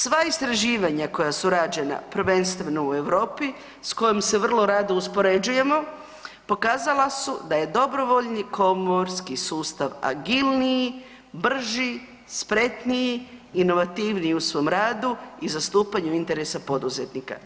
Sva istraživanja koja su rađena prvenstveno u Europi s kojom se vrlo rado uspoređujemo, pokazala su da je dobrovoljno komorski sustav agilniji, brži, spretniji, inovativniji u svom radu i zastupanju interesa poduzetnika.